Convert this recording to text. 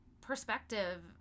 perspective